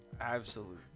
absolute